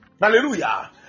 Hallelujah